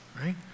right